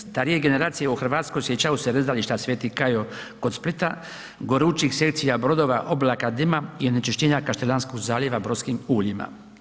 Starije generacije u RH sjećaju se vezališta Sveti Kajo kod Splita, gorućih secija brodova, oblaka dima i onečišćenja Kaštelanskog zaljeva brodskim uljima.